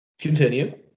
Continue